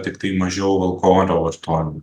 tiktai mažiau alkoholio vartojam